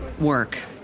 work